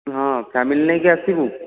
ହଁ ଫ୍ୟାମିଲି ନେଇକି ଆସିବୁ